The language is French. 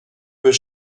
peut